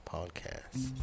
Podcast